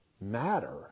matter